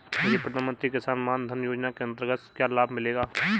मुझे प्रधानमंत्री किसान मान धन योजना के अंतर्गत क्या लाभ मिलेगा?